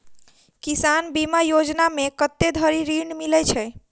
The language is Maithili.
किसान बीमा योजना मे कत्ते धरि ऋण मिलय छै?